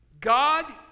God